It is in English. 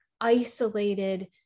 isolated